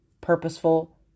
purposeful